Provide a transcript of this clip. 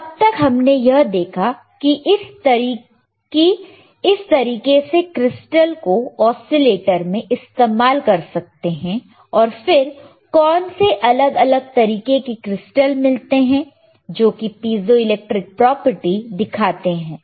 तो अब तक हमने यह देखा इस तरीके से क्रिस्टल को ओसीलेटर में इस्तेमाल कर सकते हैं और फिर कौन से अलग अलग तरीके के क्रिस्टल मिलते हैं जोकि पीजोइलेक्ट्रिक प्रॉपर्टी दिखाते हैं